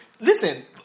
listen